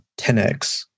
10X